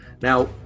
Now